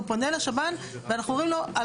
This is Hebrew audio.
הוא פונה לשב"ן ואנחנו אומרים לו על